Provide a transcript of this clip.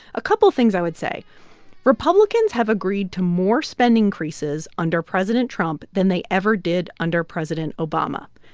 a couple things, i would say republicans have agreed to more spend increases under president trump than they ever did under president obama.